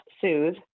soothe